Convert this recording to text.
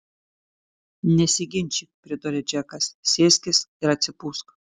nesiginčyk priduria džekas sėskis ir atsipūsk